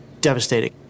Devastating